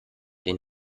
den